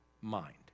mind